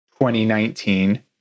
2019